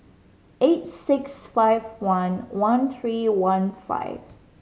eight six five one one three one five